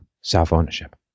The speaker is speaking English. self-ownership